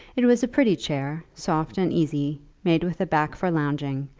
it was a pretty chair, soft and easy, made with a back for lounging,